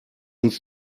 uns